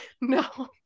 no